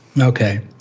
Okay